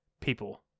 people